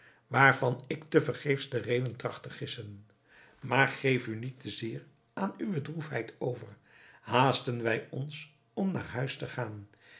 waarvan ik te vergeefs de reden tracht te gissen maar geef u niet te zeer aan uwe droefheid over haasten wij ons om naar huis te gaan